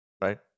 Right